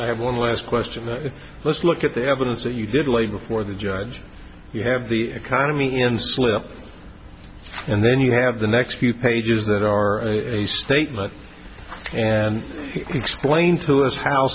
i have one last question let's look at the evidence that you did lay before the judge you have the economy and swill and then you have the next few pages that are a statement and explain to us how